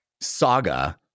saga